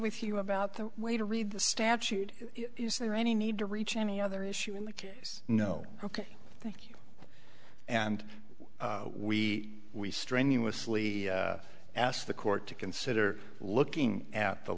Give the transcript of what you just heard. with you about the way to read the statute is there any need to reach any other issue in the case no ok thank you and we we strenuously ask the court to consider looking at the